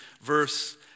verse